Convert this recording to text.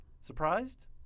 surprised